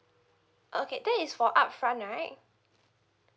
okay that is for upfront right